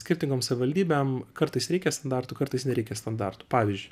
skirtingom savivaldybėm kartais reikia standartų kartais nereikia standartų pavyzdžiui